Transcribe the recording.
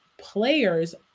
players